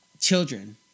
children